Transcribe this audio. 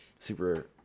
super